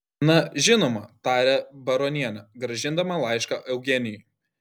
na žinoma tarė baronienė grąžindama laišką eugenijui